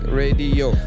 radio